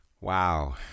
Wow